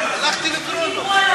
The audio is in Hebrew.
הלכתי לקרוא לו.